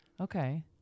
Okay